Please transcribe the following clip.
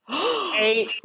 eight